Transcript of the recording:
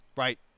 Right